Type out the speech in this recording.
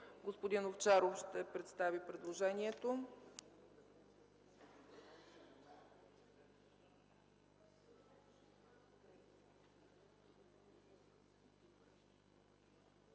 Господин Овчаров ще представи предложението.